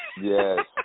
Yes